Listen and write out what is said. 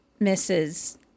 Mrs